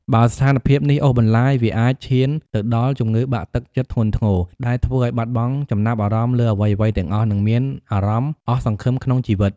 បើស្ថានភាពនេះអូសបន្លាយ វាអាចឈានទៅដល់ជំងឺបាក់ទឹកចិត្តធ្ងន់ធ្ងរ ដែលធ្វើឱ្យបាត់បង់ចំណាប់អារម្មណ៍លើអ្វីៗទាំងអស់ និងមានអារម្មណ៍អស់សង្ឃឹមក្នុងជីវិត។